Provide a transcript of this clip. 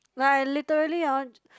like I literally hor